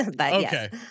Okay